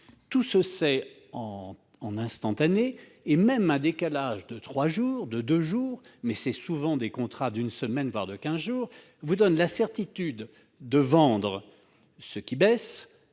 tout se sait en instantané et même un décalage de deux ou trois jours- ce sont souvent des contrats d'une semaine, voire de quinze jours -, vous donne la certitude de vendre ce qui baisse